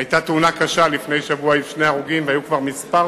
היתה תאונה קשה לפני שבוע, והיו שם שני הרוגים.